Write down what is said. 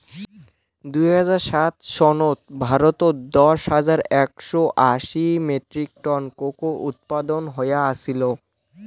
দুই হাজার সাত সনত ভারতত দশ হাজার একশও আশি মেট্রিক টন কোকো উৎপাদন হয়া আছিল